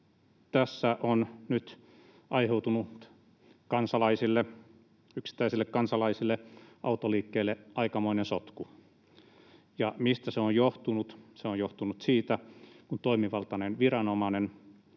tässä on nyt aiheutunut yksittäisille kansalaisille ja autoliikkeille aikamoinen sotku. Ja mistä se on johtunut? Se on johtunut siitä, kun toimivaltainen viranomainen,